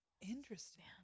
Interesting